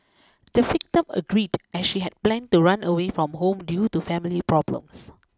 the victim agreed as she had planned to run away from home due to family problems